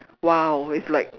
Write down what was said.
!wow! it's like